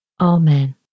Amen